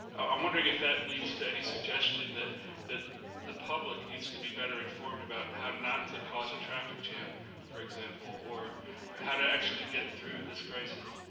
i'm wondering if that leads to any suggestion that that the public needs to be better informed about how to not to cause a traffic jam for example, or how to actually get through this crisis.